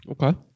Okay